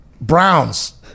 Browns